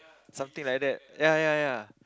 something like that ya ya ya